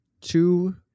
two